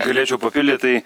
galėčiau papildyt tai